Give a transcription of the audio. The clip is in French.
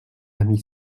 amie